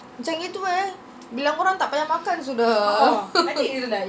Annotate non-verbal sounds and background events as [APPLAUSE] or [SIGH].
macam gitu eh bilang orang tak payah makan sudah [LAUGHS]